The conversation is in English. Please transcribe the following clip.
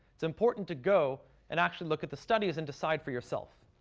it's important to go and actually look at the studies and decide for yourself.